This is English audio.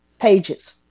pages